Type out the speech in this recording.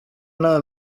nta